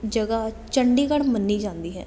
ਜਗ੍ਹਾ ਚੰਡੀਗੜ੍ਹ ਮੰਨੀ ਜਾਂਦੀ ਹੈ